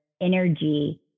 energy